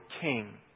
king